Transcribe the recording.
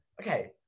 Okay